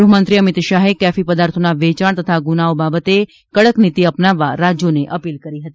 ગૃહમંત્રી અમિત શાહે કેફી પદાર્થોના વેચાણ તથા ગૂનાઓ બાબતે કડક નીતિ અપનાવવા રાજ્યોને અપીલ કરી હતી